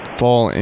fall